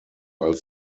als